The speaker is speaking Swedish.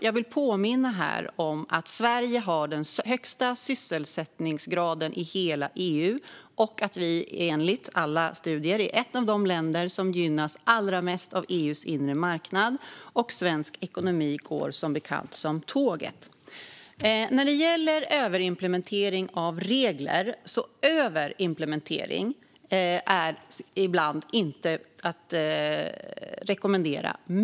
Jag vill påminna om att Sverige har den högsta sysselsättningsgraden i hela EU och att vi enligt alla studier är ett av de länder som gynnas allra mest av EU:s inre marknad. Svensk ekonomi går som bekant som tåget. Överimplementering av regler är ibland inte att rekommendera.